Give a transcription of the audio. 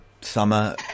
summer